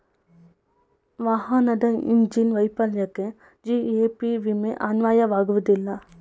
ವಾಹನದ ಇಂಜಿನ್ ವೈಫಲ್ಯಕ್ಕೆ ಜಿ.ಎ.ಪಿ ವಿಮೆ ಅನ್ವಯವಾಗುವುದಿಲ್ಲ